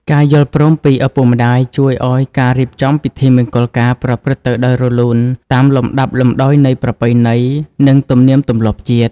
ការយល់ព្រមពីឪពុកម្ដាយជួយឱ្យការរៀបចំពិធីមង្គលការប្រព្រឹត្តទៅដោយរលូន តាមលំដាប់លំដោយនៃប្រពៃណី និងទំនៀមទម្លាប់ជាតិ។